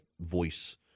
voice